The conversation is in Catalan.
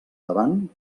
davant